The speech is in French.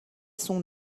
son